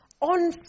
on